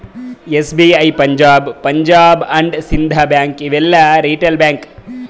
SBI, Punjab, Punjab and Sind bank ಇವು ಎಲ್ಲಾ retail bank